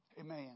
Amen